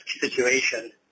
situation